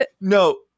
No